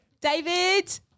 David